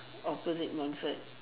opposite Montfort